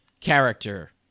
character